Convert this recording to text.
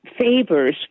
favors